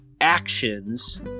actions